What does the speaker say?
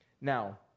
Now